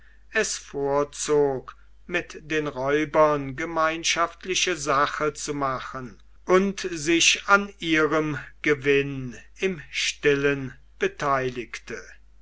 es vorzog mit den räubern gemeinschaftliche sache zu machen und sich an ihrem gewinn im stillen beteiligte